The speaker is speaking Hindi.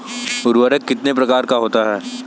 उर्वरक कितने प्रकार का होता है?